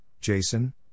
Jason